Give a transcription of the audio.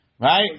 Right